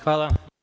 Hvala.